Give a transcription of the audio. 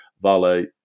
Vale